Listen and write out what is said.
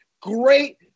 great